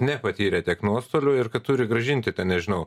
nepatyrė tiek nuostolių ir kad turi grąžinti tą nežinau